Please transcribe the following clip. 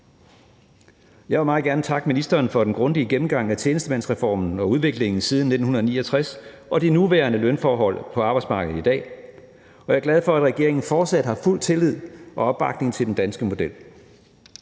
Jeg vil meget gerne takke ministeren for den grundige gennemgang af tjenestemandsreformen og udviklingen siden 1969 og de nuværende lønforhold på arbejdsmarkedet i dag. Og jeg er glad for, at regeringen fortsat har fuld tillid og opbakning til den danske model.